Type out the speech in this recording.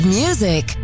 music